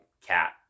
cat